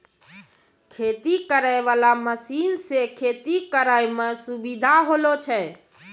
खेती करै वाला मशीन से खेती करै मे सुबिधा होलो छै